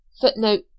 footnote